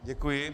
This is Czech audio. Děkuji.